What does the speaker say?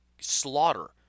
slaughter